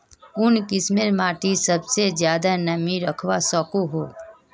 कुन किस्मेर माटी सबसे ज्यादा नमी रखवा सको हो?